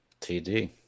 TD